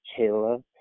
Kayla